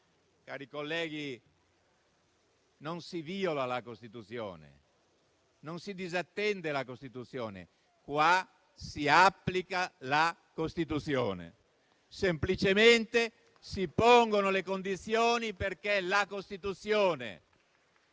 Cari colleghi, non si viola e non si disattende la Costituzione. Si applica la Costituzione. Semplicemente si pongono le condizioni per attuare la Costituzione,